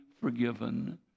forgiven